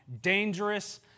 dangerous